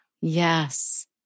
Yes